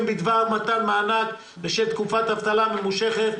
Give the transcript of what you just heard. בדבר מתן מענק בשל תקופת אבטלה ממושכת,